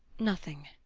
nothing.